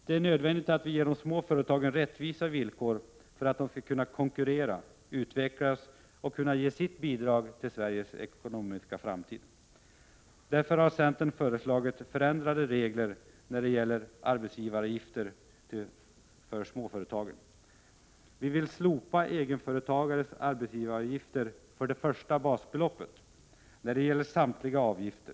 Det är nödvändigt att ge de små företagen rättvisa villkor för att de skall kunna konkurrera, utvecklas och ge sitt bidrag till Sveriges ekonomiska framtid. Därför har centern föreslagit förändrade regler när det gäller arbetsgivaravgifter för småföretagen. Vi vill slopa egenföretagares arbetsgivaravgifter för det första basbeloppet. Det gäller samtliga avgifter.